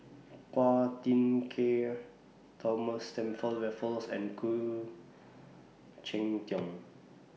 Phua Thin Kiay Thomas Stamford Raffles and Khoo Cheng Tiong